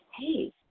hey